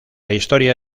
historia